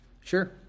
Sure